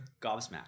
gobsmacked